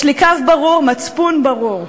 יש לי קו ברור, מצפון ברור.